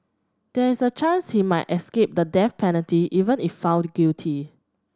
there is a chance he might escape the death penalty even if found guilty